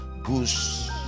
goose